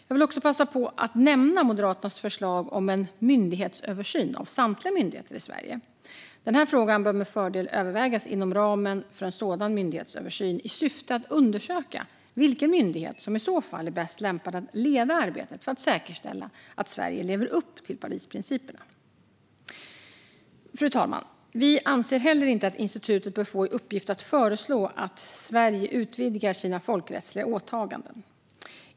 Jag vill även passa på att nämna Moderaternas förslag om en myndighetsöversyn av samtliga myndigheter i Sverige. Denna fråga kan med fördel övervägas inom ramen för en sådan myndighetsöversyn i syfte att undersöka vilken myndighet som i så fall är bäst lämpad att leda arbetet för att säkerställa att Sverige lever upp till Parisprinciperna. Fru talman! Vi anser heller inte att institutet bör få i uppgift att föreslå att Sverige utvidgar sina folkrättsliga åtaganden.